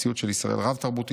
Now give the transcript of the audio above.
מציאות של ישראל רב-תרבותית,